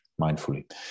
mindfully